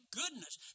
goodness